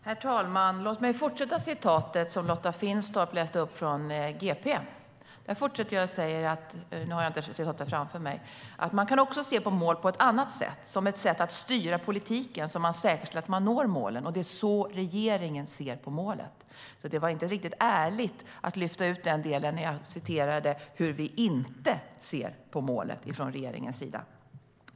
Herr talman! Låt mig fortsätta citatet som Lotta Finstorp läste upp från GP. Jag fortsätter med att säga att man också kan se på mål på ett annat sätt, som ett sätt att styra politiken så att man säkerställer att man når målen, och det är så regeringen ser på målet. Det var alltså inte riktigt ärligt att lyfta ut den del där jag sa hur regeringen inte ser på målet.